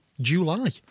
July